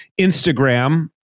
Instagram